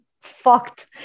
fucked